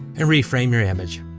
and reframe your image.